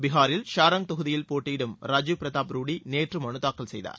பீகாரில் ஷாராங் தொகுதியில் போட்டியிடும் ராஜீவ் பிரதாப் ரூடி நேற்று மனுதாக்கல் செய்தார்